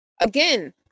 again